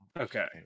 okay